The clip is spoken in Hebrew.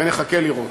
ונחכה לראות.